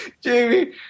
Jamie